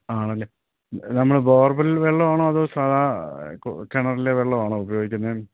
ആണല്ലേ നമ്മൾ ബോർവെൽ വെള്ളമാണോ അതോ സാധാ കിണറിലെ വെള്ളമാണോ ഉപയോഗിക്കുന്നത്